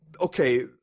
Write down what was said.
Okay